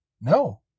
No